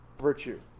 virtue